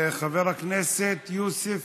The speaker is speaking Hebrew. חבר הכנסת יוסף